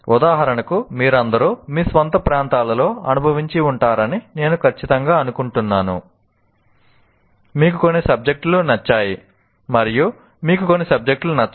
ఉదాహరణకు మీరందరూ మీ స్వంత ప్రాంతాలలో అనుభవించి ఉంటారని నేను ఖచ్చితంగా అనుకుంటున్నాను మీకు కొన్ని సబ్జెక్టులు నచ్చాయి మరియు మీకు కొన్ని సబ్జెక్టులు నచ్చవు